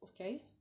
okay